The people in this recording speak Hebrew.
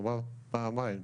כלומר פעמיים.